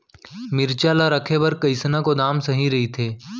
मिरचा ला रखे बर कईसना गोदाम सही रइथे?